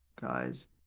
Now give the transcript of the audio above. guys